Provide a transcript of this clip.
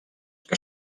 que